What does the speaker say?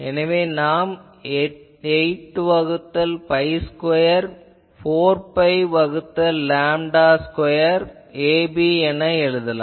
எனவே நாம் 8 வகுத்தல் பை ஸ்கொயர் 4 பை வகுத்தல் லேம்டா ஸ்கொயர் ab என எழுதலாம்